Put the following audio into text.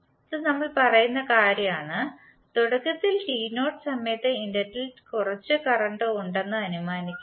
ഇത് നമ്മൾ പറയുന്ന കാര്യമാണ് തുടക്കത്തിൽ t0 സമയത്ത് ഇൻഡക്റ്ററിൽ കുറച്ച് കറന്റ് ഉണ്ടെന്ന് അനുമാനിക്കുന്നു